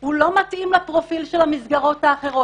הוא לא מתאים לפרופיל של המסגרות האחרות,